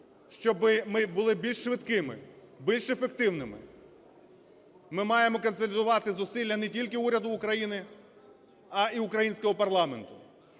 щоб ми були більш швидкими, більш ефективними, ми маємо консолідувати зусилля не тільки уряду України, а і українського парламенту.